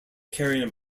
carrying